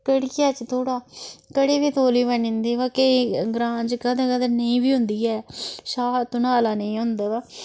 कढ़ियै च थोह्डा कड़ी बी तौली बनी जंदी बा केईं ग्रांऽ च कदें कदें नेईं बी होंदी ऐ छाह तनाला नेईं होंदा बा